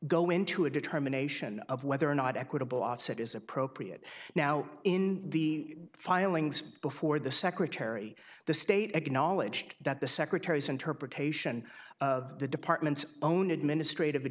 go into a determination of whether or not equitable offset is appropriate now in the filings before the secretary the state of knowledge that the secretary's interpretation of the department's own administrative